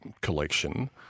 collection